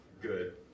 good